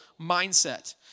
mindset